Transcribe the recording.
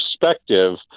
perspective